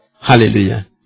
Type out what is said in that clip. Hallelujah